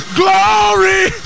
glory